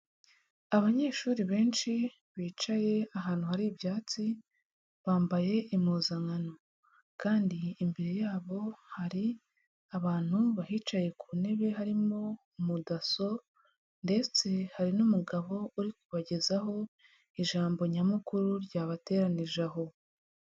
Abanyeshuri benshi bicaye ahantu hari ibyatsi, bambaye impuzankano kandi imbere yabo hari abantu bahicaye ku ntebe harimo umu DASSO ndetse hari n'umugabo uri kubagezaho ijambo nyamukuru ryabateranyije aho.